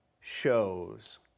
shows